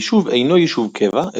היישוב אינו יישוב קבע,